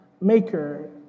maker